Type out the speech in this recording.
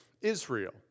Israel